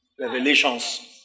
Revelations